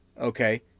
Okay